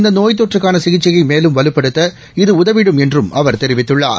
இந்தநோய் தொற்றுக்கானசிகிச்சையைமேலும் வலுப்படுத்த இது உதவிடும் என்றம் அவர் தெரிவித்துள்ளார்